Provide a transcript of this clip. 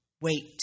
wait